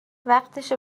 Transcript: وقتشه